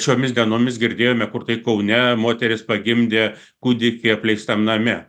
šiomis dienomis girdėjome kur tai kaune moteris pagimdė kūdikį apleistam name